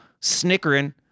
snickering